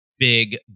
Big